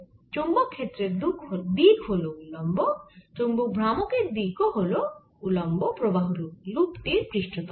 চৌম্বক ক্ষেত্রের দিক হল উলম্ব চৌম্বক ভ্রামকের দিক ও হল উলম্ব প্রবাহ লুপ টির পৃষ্ঠতলের